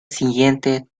siguiente